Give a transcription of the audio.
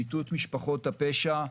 מיטוט משפחות הפשע.